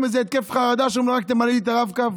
איזה התקף חרדה כשהוא אומר: רק תמלא לי את הרב-קו?